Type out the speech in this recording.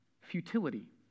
Futility